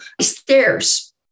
stairs